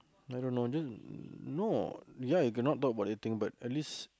I don't know do you no ya you cannot talk about anything but at least